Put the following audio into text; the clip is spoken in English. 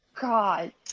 god